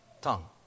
tongue